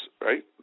right